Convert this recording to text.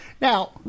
Now